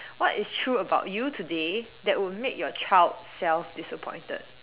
what is true about you today that would make your child self disappointed